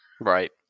Right